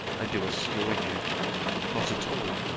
i do assure you not at all,